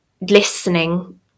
listening